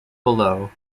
below